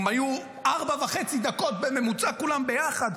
הם היו ארבע דקות וחצי בממוצע כולם ביחד,